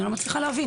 אני לא מצליחה להבין.